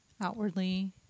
Outwardly